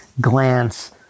Glance